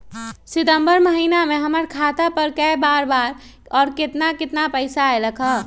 सितम्बर महीना में हमर खाता पर कय बार बार और केतना केतना पैसा अयलक ह?